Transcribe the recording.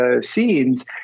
scenes